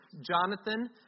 Jonathan